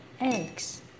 eggs